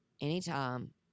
anytime